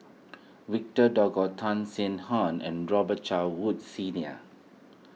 Victor Doggett Tan Sin Aun and Robet Carr Woods Senior